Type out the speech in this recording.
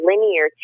linear